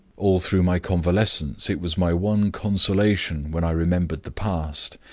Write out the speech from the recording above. all through my convalescence it was my one consolation when i remembered the past,